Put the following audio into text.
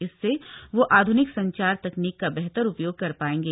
इससे व ध्निक संचार तकनीक का बेहतर उपयाण कर पायेंगे